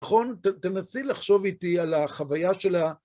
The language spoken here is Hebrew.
נכון? תנסי לחשוב איתי על החוויה שלה.